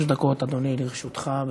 שלוש דקות, אדוני, לרשותך.